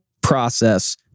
process